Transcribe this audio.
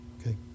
Okay